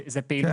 זה פעילות משקית.